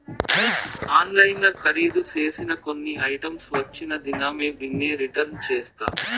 ఆన్లైన్ల కరీదు సేసిన కొన్ని ఐటమ్స్ వచ్చిన దినామే బిన్నే రిటర్న్ చేస్తా